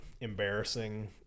embarrassing